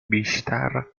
بیشتر